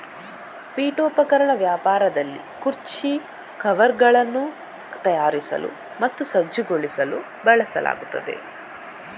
ಪೀಠೋಪಕರಣ ವ್ಯಾಪಾರದಲ್ಲಿ ಕುರ್ಚಿ ಕವರ್ಗಳನ್ನು ತಯಾರಿಸಲು ಮತ್ತು ಸಜ್ಜುಗೊಳಿಸಲು ಬಳಸಲಾಗುತ್ತದೆ